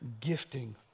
gifting